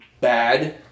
bad